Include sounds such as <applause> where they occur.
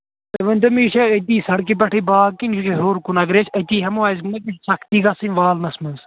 تُہۍ ؤنۍتو مےٚ یہِ چھا أتی سَڑکہِ پٮ۪ٹھٕے باغ کِنہٕ یہِ چھِ ہیوٚر کُن اَگر أسۍ أتی ہٮ۪مو اَسہِ <unintelligible> سَختی گژھٕںۍ والنَس منٛز